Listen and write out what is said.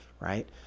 right